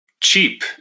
cheap